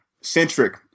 Centric